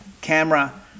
camera